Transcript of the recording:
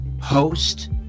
host